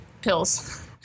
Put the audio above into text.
pills